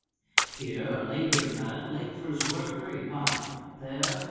here, a labouring man, late for his work, hurried by there,